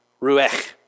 Ruech